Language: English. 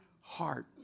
heart